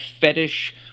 fetish